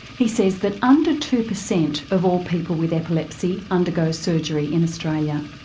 he says that under two percent of all people with epilepsy undergo surgery in australia.